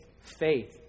faith